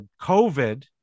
COVID